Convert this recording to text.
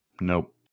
Nope